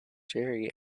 jerry